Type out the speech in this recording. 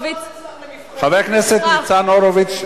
חבר הכנסת הורוביץ,